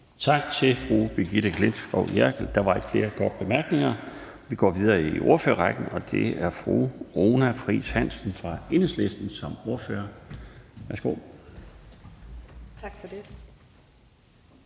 Tak til fru Brigitte Klintskov Jerkel. Der er ikke flere korte bemærkninger. Vi går videre i ordførerrækken, og den næste er fru Runa Friis Hansen fra Enhedslisten. Værsgo. Kl.